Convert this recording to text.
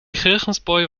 regenbui